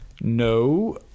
no